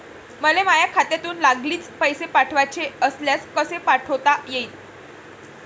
मले माह्या खात्यातून लागलीच पैसे पाठवाचे असल्यास कसे पाठोता यीन?